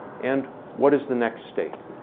and what is the next state?